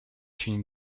une